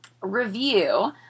review